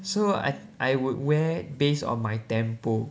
so I I would wear based on my tempo